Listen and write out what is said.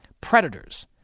Predators